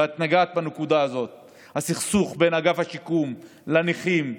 ואת נגעת בנקודה הזאת של הסכסוך בין אגף השיקום לנכים.